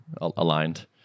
aligned